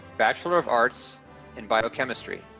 bachelor of arts in biochemistry.